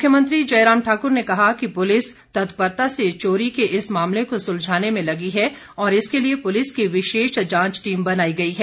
मुख्यमंत्री जयराम ठाक्र ने कहा कि पुलिस तत्परता से चोरी के इस मामले को सुलझाने में लगी है और इसके लिए पुलिस की विशेष जांच टीम बनाई गई है